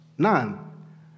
None